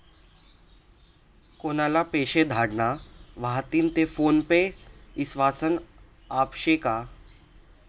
कोनले पैसा धाडना व्हतीन ते फोन पे ईस्वासनं ॲप शे का?